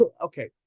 Okay